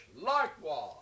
likewise